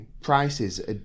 prices